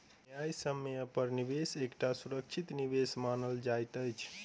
न्यायसम्य पर निवेश एकटा सुरक्षित निवेश मानल जाइत अछि